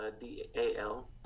d-a-l